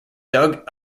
doug